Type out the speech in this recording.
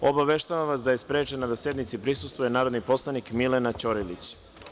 Obaveštavam vas da je sprečena da sednici prisustvuje narodni poslanik Milena Ćorilić.